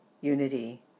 unity